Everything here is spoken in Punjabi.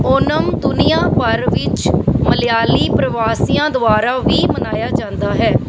ਓਣਮ ਦੁਨੀਆ ਭਰ ਵਿੱਚ ਮਲਿਆਲੀ ਪ੍ਰਵਾਸੀਆਂ ਦੁਆਰਾ ਵੀ ਮਨਾਇਆ ਜਾਂਦਾ ਹੈ